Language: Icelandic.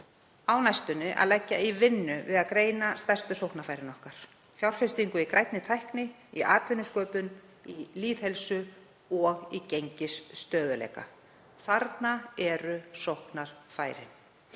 næstunni að leggja í vinnu við að greina stærstu sóknarfærin okkar, fjárfestingu í grænni tækni, í atvinnusköpun, í lýðheilsu og í gengisstöðugleika. Þarna eru sóknarfæri.